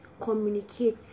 communicate